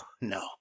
no